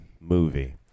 movie